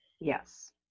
Yes